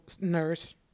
nurse